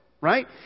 Right